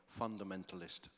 fundamentalist